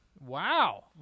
Wow